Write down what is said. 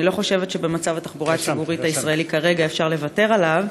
אני לא חושבת שבמצב התחבורה הציבורית בישראל כרגע אפשר לוותר עליו,